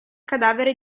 cadavere